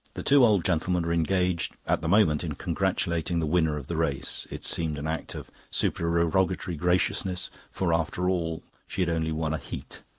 the two old gentlemen were engaged at the moment in congratulating the winner of the race it seemed an act of supererogatory graciousness for, after all, she had only won a heat.